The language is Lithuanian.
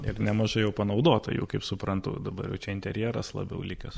ir nemažai jau panaudota jau kaip suprantu dabar jau čia interjeras labiau likęs